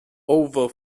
over